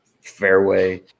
fairway